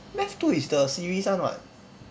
math two is the series one [what]